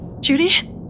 Judy